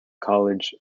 college